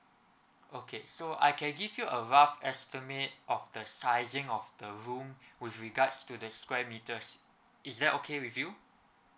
okay so I can give you a rough estimate of the sizing of the room with regards to the square meters is that okay with you